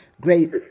great